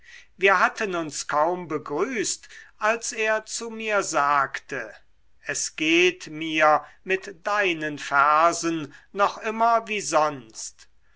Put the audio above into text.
wir hatten uns kaum begrüßt als er zu mir sagte es geht mir mit deinen versen noch immer wie sonst